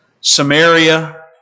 Samaria